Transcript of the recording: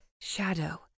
shadow